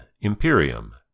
Imperium